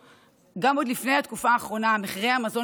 עוד לפני התקופה האחרונה בשוק המזון מחירי המזון